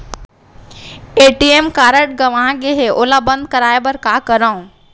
ATM card गंवा गे है ओला बंद कराये बर का करंव?